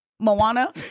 Moana